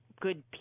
good